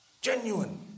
genuine